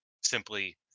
simply